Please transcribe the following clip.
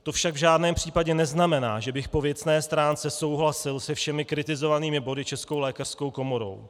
To však v žádném případě neznamená, že bych po věcné stránce souhlasil se všemi body kritizovanými Českou lékařskou komorou.